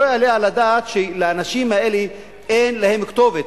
לא יעלה על הדעת שלאנשים האלה אין כתובת.